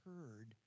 heard